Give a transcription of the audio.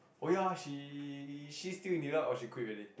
oh ya she she still in divide or she quit already